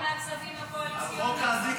או מהכספים הקואליציוניים.